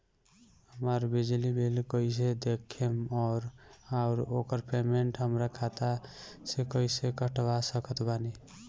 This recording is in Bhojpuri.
हमार बिजली बिल कईसे देखेमऔर आउर ओकर पेमेंट हमरा खाता से कईसे कटवा सकत बानी?